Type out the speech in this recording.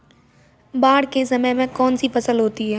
बाढ़ के समय में कौन सी फसल होती है?